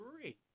three